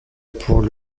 pour